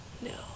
No